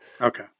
Okay